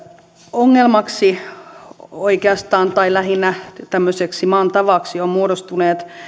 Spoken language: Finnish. ongelmaksi tai oikeastaan lähinnä tämmöiseksi maan tavaksi ovat muodostuneet